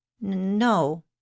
no